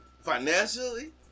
financially